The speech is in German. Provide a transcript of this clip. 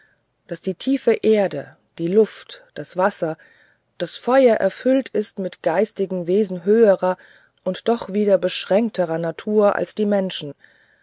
daß die tiefe erde die luft das wasser das feuer erfüllt ist mit geistigen wesen höherer und doch wieder beschränkterer natur als die menschen